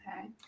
okay